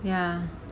ya